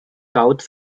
south